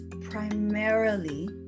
primarily